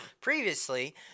Previously